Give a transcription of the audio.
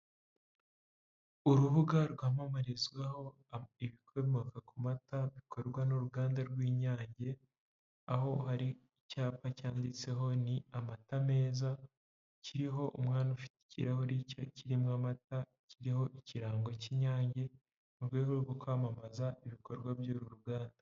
Urubuga rwamamarizwaho ibikomoka ku mata bikorwa n'uruganda rw'inyange aho hari icyapa cyanditseho ni amata meza kiriho umwami ufite ikirahuri cye kirimo amata kiriho ikirango cy'inyange mu rwego rwo kwamamaza ibikorwa by'uru ruganda.